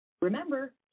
Remember